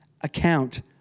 account